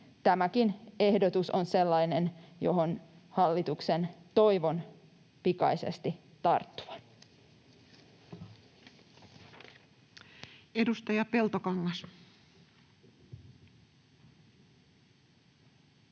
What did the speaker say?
Tämäkin ehdotus on sellainen, johon hallituksen toivon pikaisesti tarttuvan.